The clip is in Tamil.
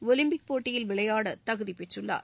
ஒலிம்பிக் போட்டியில் விளையாட தகுதி பெற்றுள்ளார்